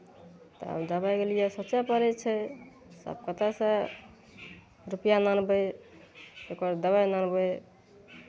तऽ दबाइके लिए सोचय पड़ै छै आब कतहुसँ रुपैआ नानबै ओकर दबाइ नानबै